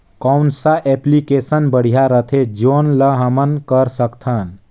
कौन सा एप्लिकेशन बढ़िया रथे जोन ल हमन कर सकथन?